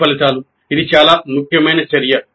course ఫలితాలు ఇది చాలా ముఖ్యమైన చర్య